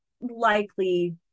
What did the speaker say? likely